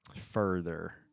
further